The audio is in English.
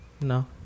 No